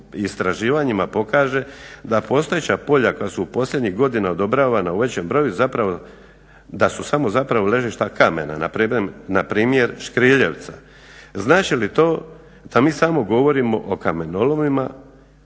istraživanjima pokaže da postojeća polja koja su posljednjih godina odobravana u većem broju da su samo zapravo ležišta kamena, npr. škriljevca. Znači li to da mi samo govorimo o kamenolomima